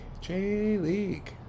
J-League